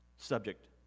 Subject